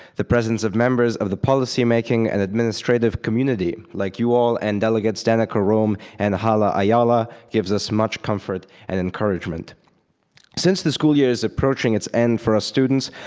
the presence of members of the policymaking and administrative community like you all and delegates dana karum and halla ayalla gives us much comfort and encouragement since the school year is approaching its end for us students,